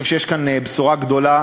אני חושב שיש כאן בשורה גדולה.